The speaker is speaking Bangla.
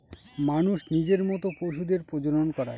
মানুষ নিজের মত পশুদের প্রজনন করায়